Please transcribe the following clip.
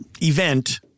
event